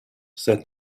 said